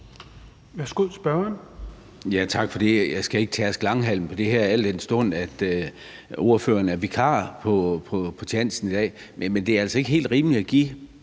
Orla Hav (S): Tak for det. Jeg skal ikke tærske langhalm på det her, al den stund at ordføreren er vikar på tjansen i dag. Men det er altså ikke helt rimeligt at give